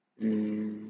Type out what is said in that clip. mm